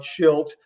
Schilt